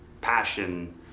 passion